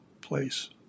place